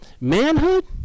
manhood